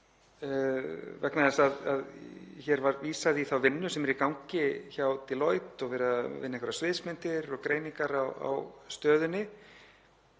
vegna þess að hér var vísað í þá vinnu sem er í gangi hjá Deloitte, verið að vinna einhverjar sviðsmyndir og greiningar á stöðunni,